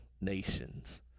nations